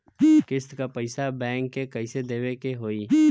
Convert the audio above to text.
किस्त क पैसा बैंक के कइसे देवे के होई?